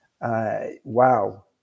wow